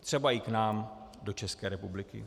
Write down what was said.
Třeba i k nám do České republiky.